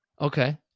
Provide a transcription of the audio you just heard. Okay